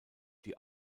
die